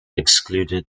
excluded